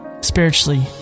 spiritually